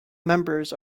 members